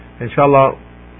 Inshallah